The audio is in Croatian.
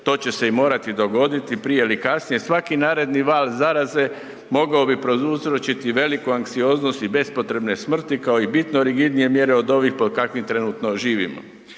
to će se i morati dogoditi prije ili kasnije, svaki naredni val zaraze mogao bi prouzročiti veliku anksioznost i bespotrebne smrti, kao i bitno rigidnije mjere od ovih pod kakvim trenutno živimo.